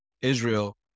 Israel